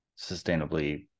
sustainably